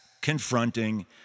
confronting